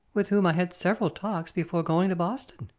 with whom i had several talks before going to boston.